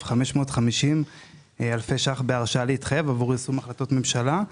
96,550 אלפי ₪ בהרשאה להתחייב עבור יישום החלטות ממשלה.